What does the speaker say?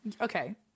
Okay